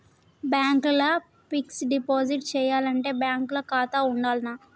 Bank ల fixed deposit చేయాలంటే bank ల ఖాతా ఉండాల్నా?